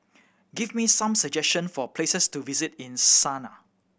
give me some suggestion for places to visit in Sanaa